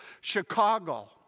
Chicago